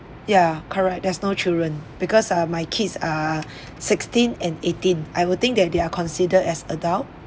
ya correct there's no children because ah my kids are sixteen and eighteen I would think that they're considered as adult